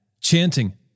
chanting